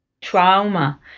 Trauma